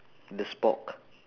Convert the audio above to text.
the spork